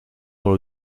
dans